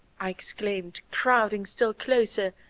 i exclaimed, crowding still closer,